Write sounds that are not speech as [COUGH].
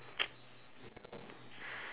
[NOISE]